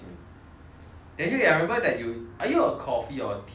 anyway I remember that you are you a coffee or tea lover